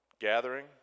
gathering